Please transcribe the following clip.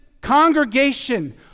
congregation